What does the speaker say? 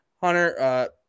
Hunter